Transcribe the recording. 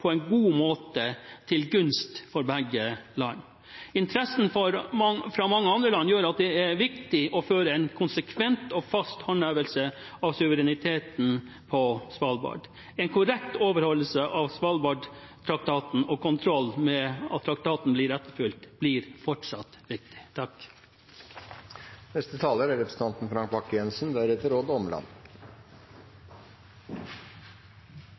på en god måte til gunst for begge land. Interessen fra mange andre land gjør at det er viktig å føre en konsekvent og fast håndhevelse av suvereniteten på Svalbard. En korrekt overholdelse av Svalbardtraktaten og kontroll med at traktaten blir etterfulgt, blir fortsatt viktig. Det er sikkert mulig å skape god retorikk rundt spørsmålet om hvorvidt samfunnet er